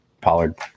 Pollard